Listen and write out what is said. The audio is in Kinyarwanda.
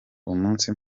umunsi